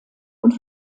und